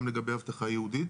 גם לגבי אבטחה ייעודית